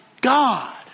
God